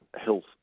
health